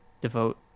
devote